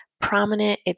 prominent